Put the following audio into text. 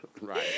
Right